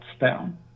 down